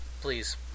please